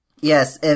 Yes